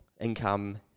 income